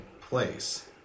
place